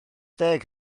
deg